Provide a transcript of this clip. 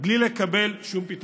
בלי לקבל שום פתרון.